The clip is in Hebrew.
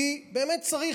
כי באמת צריך.